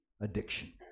addiction